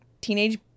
teenage